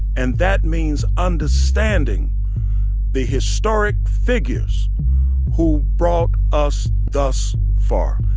and that means understanding the historic figures who brought us thus far.